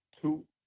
Two